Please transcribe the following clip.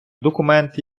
документ